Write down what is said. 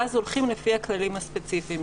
ואז הולכים לפי הכללים הספציפיים.